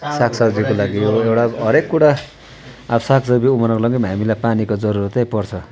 सागसब्जीको लागि भयो एउटा हरेक कुरा अब सागसब्जी उमार्नको लागि पनि हामीलाई पानीको जरुरतै पर्छ